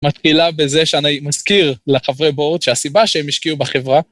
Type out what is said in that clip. מתחילה בזה שאני מזכיר לחברי בורד שהסיבה שהם השקיעו בחברה.